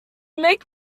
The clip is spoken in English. make